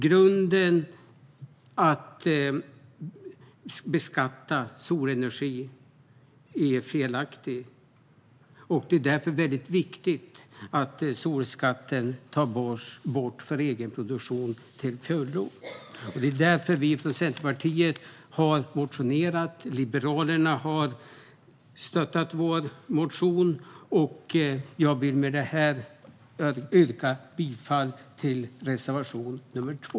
Grunden att beskatta solenergi är felaktig, och det är därför väldigt viktigt att solskatten till fullo tas bort för egen produktion. Det är därför vi från Centerpartiet har motionerat. Liberalerna har stöttat vår motion, och jag vill med detta yrka bifall till reservation 2.